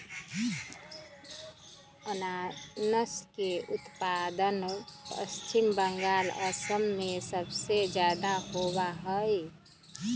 अनानस के उत्पादन पश्चिम बंगाल, असम में सबसे ज्यादा होबा हई